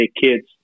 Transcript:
kids